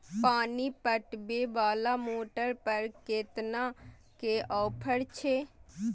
पानी पटवेवाला मोटर पर केतना के ऑफर छे?